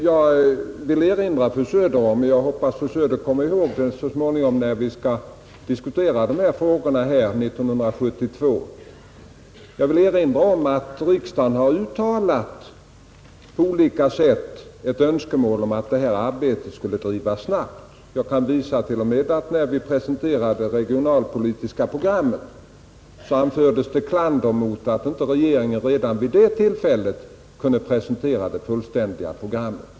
Jag vill erinra fru Söder om — och jag hoppas fru Söder kommer ihåg det så småningom, när vi skall diskutera dessa frågor här 1972 — att riksdagen på olika sätt har uttalat ett önskemål om att arbetet skulle bedrivas snabbt. Jag kan t.o.m., visa att när vi presenterade det regionalpolitiska programmet, så anfördes det klander mot att regeringen inte redan vid det tillfället kunde presentera det fullständiga programmet.